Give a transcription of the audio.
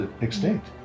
extinct